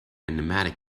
pneumatic